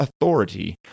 authority